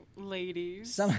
ladies